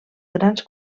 grans